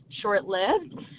short-lived